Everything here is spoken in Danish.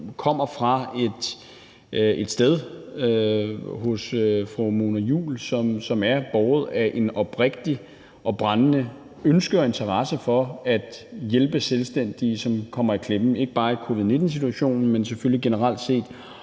kommer fra et sted hos fru Mona Juul, som er båret af et oprigtigt og brændende ønske og en interesse for at hjælpe selvstændige, som kommer i klemme, ikke bare i forbindelse med covid-19-situationen, men generelt set,